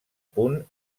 punt